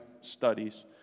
studies